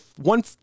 one